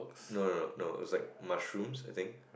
no no no no it was like mushrooms I think